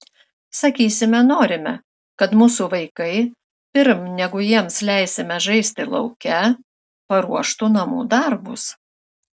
sakysime norime kad mūsų vaikai pirm negu jiems leisime žaisti lauke paruoštų namų darbus